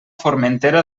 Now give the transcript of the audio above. formentera